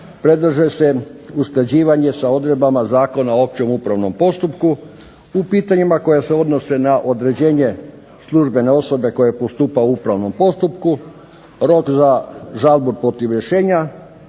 predlaže se usklađivanje s odredbama Zakona o općem upravnom postupku u pitanjima koja se odnose na određenje službene osobe koja postupa u upravnom postupku. Rok za žalbu protiv rješenja,